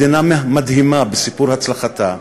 מדינה מדהימה בסיפור הצלחתה,